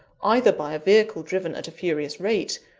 either by a vehicle driven at a furious rate,